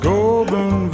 Golden